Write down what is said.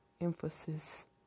emphasis